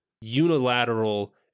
unilateral